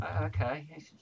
okay